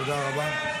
תודה רבה.